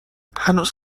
هنوز